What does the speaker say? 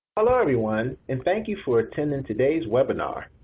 um ah everyone, and thank you for attending today's webinar.